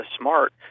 smart